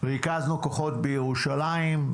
ריכזנו כוחות בירושלים.